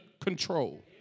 control